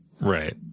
Right